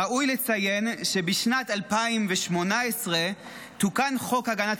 ראוי לציין שבשנת 2018 תוקן חוק הגנת